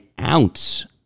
ounce